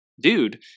dude